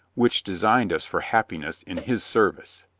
which designed us for happiness in his service.